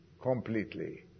completely